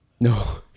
No